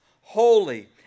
holy